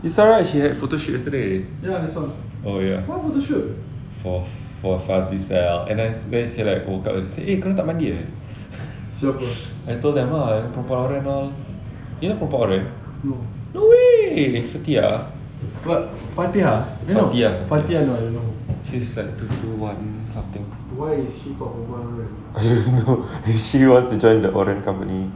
you saw right she had photoshoot yesterday oh ya for for fuzzy sell then then she's like eh korang tak mandi eh I told them ah papararam mah you know papararam no way fatiah fatiah she's like two two one something I don't know she wants to join the foreign company